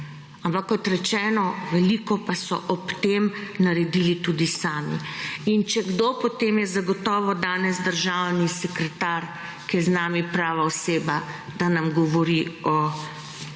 Ampak kot rečeno, veliko pa so ob tem naredili tudi sami. In če kdo, potem je zagotovo danes državni sekretar, ki je z nami, prava oseba, da nam govori o,